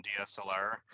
DSLR